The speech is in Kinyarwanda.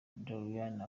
doriane